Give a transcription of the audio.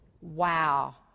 wow